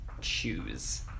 choose